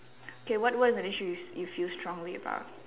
K what was an issue if you feel strongly about